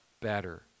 better